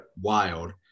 wild